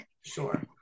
Sure